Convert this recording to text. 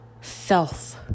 self